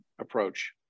approach